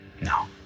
No